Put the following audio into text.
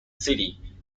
city